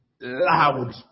loud